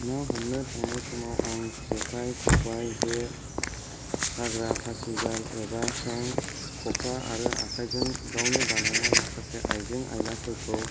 ना हमनो थांनाय समाव आं जेखाय खबाय जे साग्रा फासिजाल एबा सें खखा आरो आखायजों गावनो बानायनाय माखासे आइजें आयलाफोरखौ